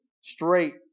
straight